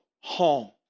home